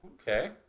okay